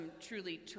truly